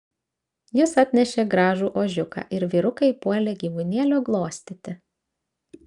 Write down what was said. jis atnešė gražų ožiuką ir vyrukai puolė gyvūnėlio glostyti